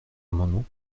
amendement